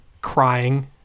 crying